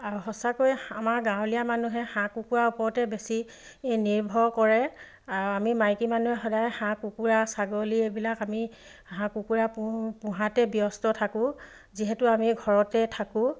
আৰু সঁচাকৈ আমাৰ গাঁৱলীয়া মানুহে হাঁহ কুকুৰাৰ ওপৰতে বেছি নিৰ্ভৰ কৰে আৰু আমি মাইকী মানুহে সদায় হাঁহ কুকুৰা ছাগলী এইবিলাক আমি হাঁহ কুকুৰা পো পোঁহাতে ব্যস্ত থাকোঁ যিহেতু আমি ঘৰতে থাকোঁ